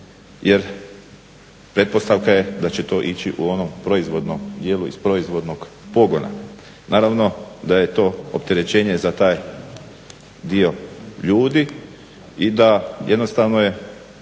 jer pretpostavka je da će to ići u onom proizvodnom dijelu iz proizvodnog pogona. Naravno da je to opterećenje za taj dio ljudi i da jednostavno je